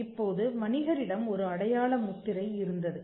இப்போது வணிகரிடம் ஒரு அடையாள முத்திரை இருந்தது